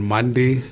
Monday